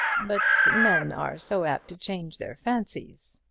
but men are so apt to change their fancies.